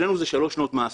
אצלנו זה שלוש שנות מאסר.